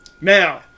now